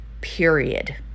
Period